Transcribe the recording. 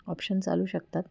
option चालू शकतात